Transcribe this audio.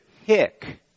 hick